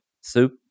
soup